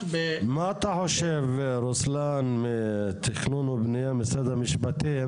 כולל תהליך של שינוי תכנית מתאר מחוזית,